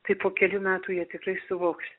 tai po kelių metų jie tikrai suvoks